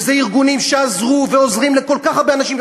וזה ארגונים שעזרו ועוזרים לכל כך הרבה אנשים.